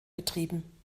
betrieben